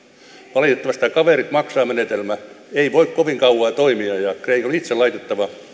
valitettavasti tämä kaverit maksavat menetelmä ei voi kovin kauan toimia ja kreikan on itse laitettava